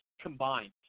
combined